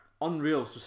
unreal